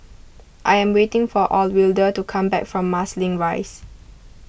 I am waiting for Alwilda to come back from Marsiling Rise